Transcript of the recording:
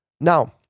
Now